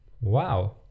Wow